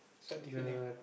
salty feeling